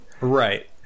right